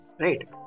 right